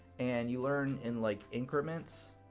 and you learn in like increments,